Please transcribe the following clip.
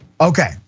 Okay